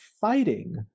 fighting